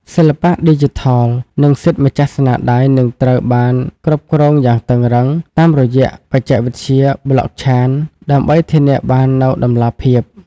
សិល្បៈឌីជីថល និងសិទ្ធិម្ចាស់ស្នាដៃនឹងត្រូវបានគ្រប់គ្រងយ៉ាងតឹងរ៉ឹងតាមរយៈបច្ចេកវិទ្យា Blockchain ដើម្បីធានាបាននូវតម្លាភាព។